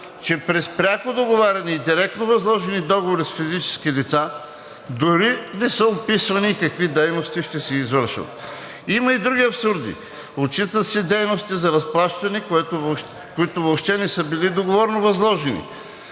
че през пряко договаряне и директно възложени договори с физически лица дори не са описвани какви дейности ще се извършват. Има и други абсурди. Отчитат се дейности за разплащания, които въобще не са били договорно възложени.